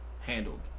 handled